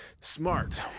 Smart